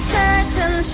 certain